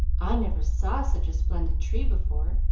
i never saw such a splendid tree before.